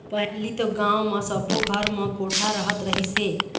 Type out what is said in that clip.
पहिली तो गाँव म सब्बो घर म कोठा रहत रहिस हे